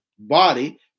Body